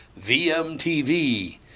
VMTV